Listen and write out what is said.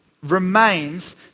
Remains